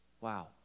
Wow